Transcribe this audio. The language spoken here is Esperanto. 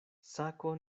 sako